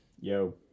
Yo